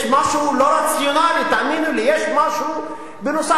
יש משהו לא רציונלי, תאמינו לי, יש משהו נוסף.